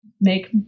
Make